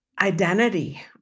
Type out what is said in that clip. identity